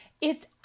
It's